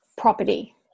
property